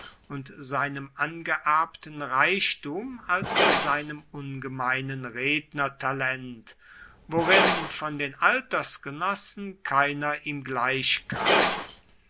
und seinem angeerbten reichtum als seinem ungemeinen rednertalent worin von den altersgenossen keiner ihm gleichkam